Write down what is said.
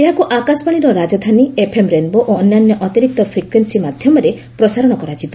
ଏହାକୁ ଆକାଶବାଣୀର ରାଜଧାନୀ ଏଫ୍ଏମ୍ ରେନ୍ବୋ ଏବଂ ଅନ୍ୟାନ୍ୟ ଅତିରିକ୍ତ ଫ୍ରିକ୍ୱେନ୍ସି ମାଧ୍ୟମରେ ପ୍ରସାର କରାଯିବ